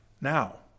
now